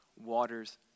waters